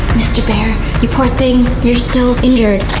mister bear, you poor thing. you're still injured.